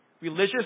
Religious